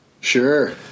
sure